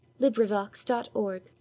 LibriVox.org